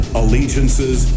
allegiances